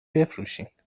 بفروشین